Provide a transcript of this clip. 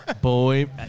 Boy